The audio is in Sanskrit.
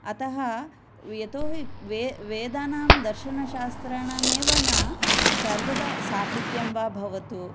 अतः यतोहि वे वेदानां दर्शनशास्त्राणामेव न सर्वद साहित्यं वा भवतु